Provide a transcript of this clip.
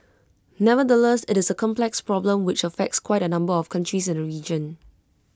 nevertheless IT is A complex problem which affects quite A number of countries in the region